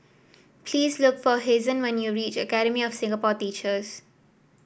please look for Hazen when you reach Academy of Singapore Teachers